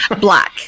Black